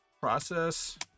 process